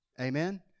Amen